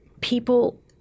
people